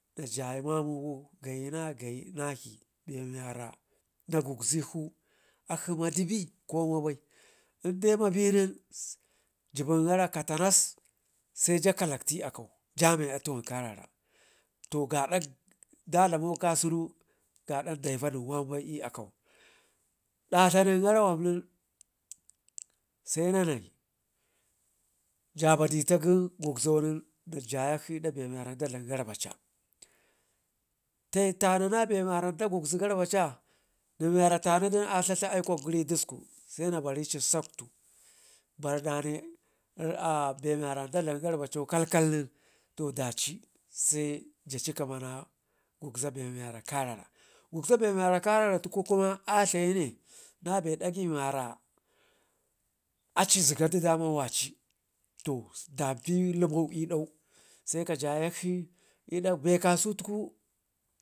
na jayi mamugu gayi na gayi nakə rimi yara na gugzikshu akshi madu be ko mai bai lndai mabi nen jiben gara katanas se ja kallati akau jame atu wan karara, to gadak ɗadlamo kasau gaada dailla nen wambai l'akau datlaa nen gara wan nen se na nii jabadi tada gugzo nen najayakshik l'dak be wara da dlam garllaca, taitanu na bewara gugzo garvava nen miwara tanu den a tlaatli na aikwak gəri l'disku sena barici saktu, berda nen be miwara da dlam ggrvaca kalkal nen to daci se jaci gəma na be miwara karara gugza be miwara karararatku kuma a dlayi ne nabe dakai wara aci zigadu daman wacii to danpi liman l'dause ka jayakshi l'dak be kasutuku,